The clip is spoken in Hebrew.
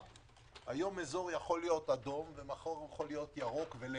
היום אזור יכול להיות אדום ומחר ירוק, ולהפך.